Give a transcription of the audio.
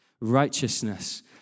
Righteousness